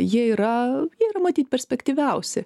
jie yra jie yra matyt perspektyviausi